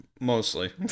Mostly